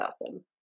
awesome